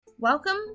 Welcome